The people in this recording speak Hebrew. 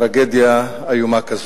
טרגדיה איומה כזאת.